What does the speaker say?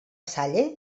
salle